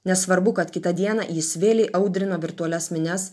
nesvarbu kad kitą dieną jis vėl įaudrino virtualias minias